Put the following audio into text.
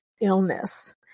illness